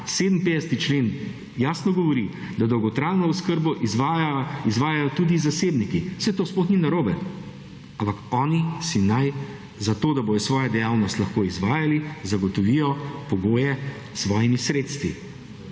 57. člen jasno govori, da dolgotrajno oskrbo izvajajo tudi zasebniki. Saj to sploh ni narobe, ampak oni si naj, zato da bodo svojo dejavnost lahko izvajali, zagotovijo pogoje s svojimi sredstvi.